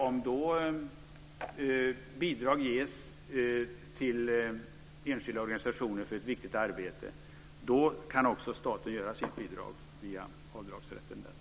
Om då bidrag ges till enskilda organisationer för ett viktigt arbete kan staten ge sitt bidrag via avdragsrätten.